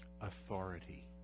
Authority